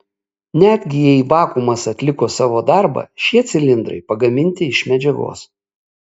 netgi jei vakuumas atliko savo darbą šie cilindrai pagaminti iš medžiagos